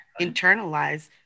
internalize